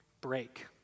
break